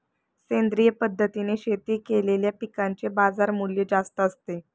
सेंद्रिय पद्धतीने शेती केलेल्या पिकांचे बाजारमूल्य जास्त असते